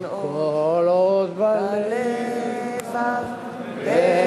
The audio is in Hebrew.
)שירת "התקווה") הקהל יישאר לעמוד בצאת הנשיא.